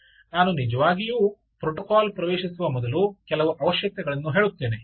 ನಾನು ನಿಜವಾಗಿಯೂ ಪ್ರೋಟೋಕಾಲ್ ಪ್ರವೇಶಿಸುವ ಮೊದಲು ಕೆಲವು ಅವಶ್ಯಕತೆಗಳನ್ನು ಹೇಳುತ್ತೇನೆ